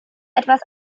etwas